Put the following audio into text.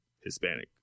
Hispanic